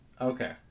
Okay